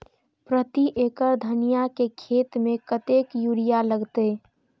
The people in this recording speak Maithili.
प्रति एकड़ धनिया के खेत में कतेक यूरिया लगते?